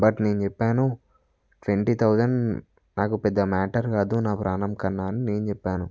but నేను చెప్పాను twenty thousand నాకు పెద్ద మ్యాటర్ కాదు నాకు ప్రాణం కన్నా అని నేను చెప్పాను